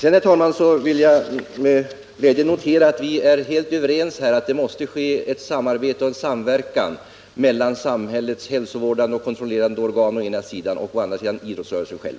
Jag vill med glädje notera, herr talman, att vi här är helt överens om att det måste ske ett samarbete och en samverkan mellan å ena sidan samhällets hälsovårdande och kontrollerande organ och å andra sidan idrottsrörelsen själv.